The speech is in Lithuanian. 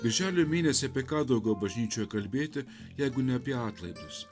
birželio mėnesį apie ką daugiau bažnyčioje kalbėti jeigu ne apie atlaidus